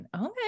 Okay